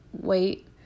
wait